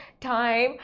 time